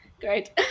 Great